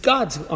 God's